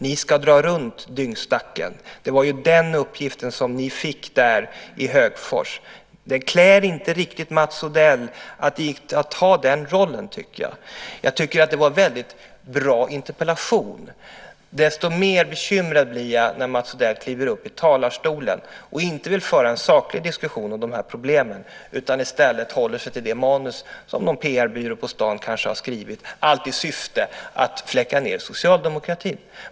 Ni ska dra runt dyngstacken. Det var ju den uppgiften ni fick där i Högfors. Det klär inte riktigt Mats Odell att ta den rollen. Jag tycker att det var en väldigt bra interpellation. Desto mer bekymrad blir jag när Mats Odell kliver upp i talarstolen och inte vill föra en saklig diskussion om de här problemen utan i stället håller sig till det manus som någon PR-byrå på stan kanske har skrivit, allt i syfte att fläcka ned socialdemokratin.